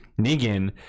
Negan